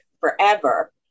forever